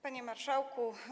Panie Marszałku!